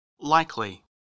Likely